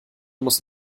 muss